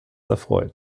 erfreut